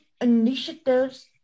initiatives